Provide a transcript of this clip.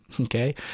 Okay